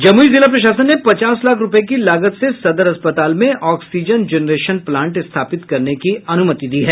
जमुई जिला प्रशासन ने पचास लाख रूपये की लागत से सदर अस्पताल में ऑक्सीजन जेनरेशन प्लांट स्थापित करने की अनुमति दी है